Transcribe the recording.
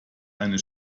eine